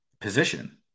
position